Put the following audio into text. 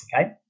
okay